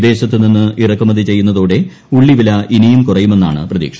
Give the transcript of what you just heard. വിദ്ദേശത്തു നിന്ന് ഇറക്കുമതി ചെയ്യുന്നതോടെ ഉള്ളിവില ഇനിയും കൂർയുമെന്നാണ് പ്രതീക്ഷ